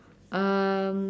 um